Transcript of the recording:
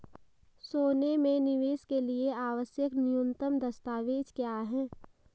सोने में निवेश के लिए आवश्यक न्यूनतम दस्तावेज़ क्या हैं?